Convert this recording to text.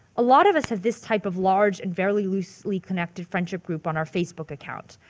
a lot of us have this type of large and fairly loosely connected friendship group on our facebook account.